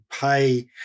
pay